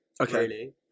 Okay